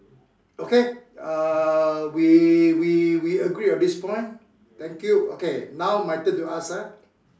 okay err we we we agreed on this point thank you okay now my turn to ask ah